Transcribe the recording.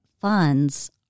funds